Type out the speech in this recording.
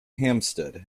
hampstead